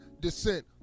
descent